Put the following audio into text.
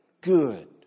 good